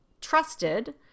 trusted